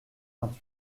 vingt